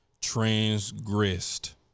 transgressed